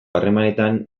harremanetan